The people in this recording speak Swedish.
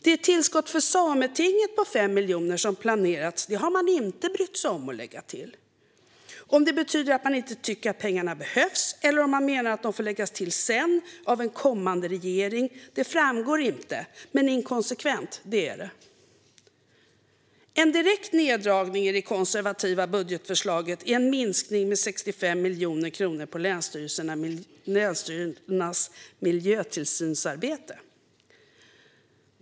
Det tillskott för Sametinget på 5 miljoner som planerats har man inte brytt sig om att lägga till. Om det betyder att man inte tycker att de pengarna behövs eller om man menar att de får läggas till sedan av en kommande regering framgår inte, men inkonsekvent är det. En direkt neddragning i det konservativa budgetförslaget är en minskning med 65 miljoner kronor på länsstyrelsernas miljötillsynsarbete.